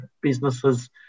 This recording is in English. businesses